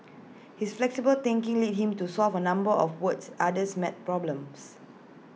his flexible thinking led him to solve A number of world's hardest math problems